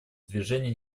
движения